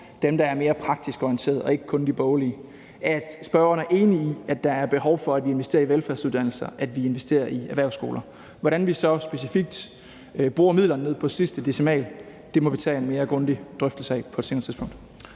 dem, der er mere praktisk orienteret, og ikke kun de boglige; at der er behov for, at vi investerer i velfærdsuddannelser; og at vi investerer i erhvervsskoler. Hvordan vi så specifikt bruger midlerne ned til sidste decimal, må vi tage en mere grundig drøftelse af på et senere tidspunkt.